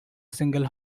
single